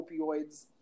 opioids